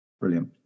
brilliant